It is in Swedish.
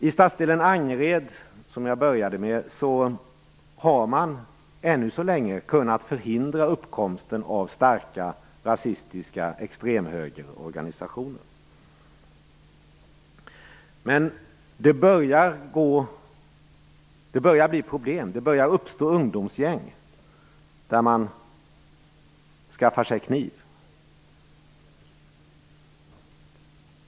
I stadsdelen Angered, som jag började med, har man än så länge kunnat förhindra uppkomsten av starka rasistiska extremhögerorganisationer. Men det börjar bli problem. Det börjar uppstå ungdomsgäng där man skaffar sig kniv.